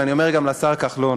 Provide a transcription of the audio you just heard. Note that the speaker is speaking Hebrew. ואני אומר גם לשר כחלון,